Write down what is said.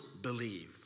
believe